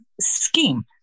scheme